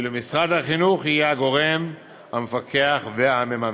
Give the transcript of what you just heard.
ואילו משרד החינוך יהיה הגורם המפקח והמממן".